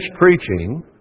preaching